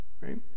right